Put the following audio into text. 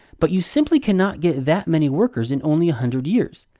but you simply cannot get that many workers in only a hundred years,